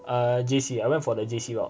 uh J_C I went for the J_C route